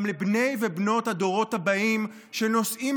גם לבני ובנות הדורות הבאים שנושאים